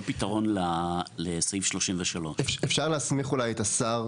פתרון לסעיף 33. אפשר להסמיך אולי את השר,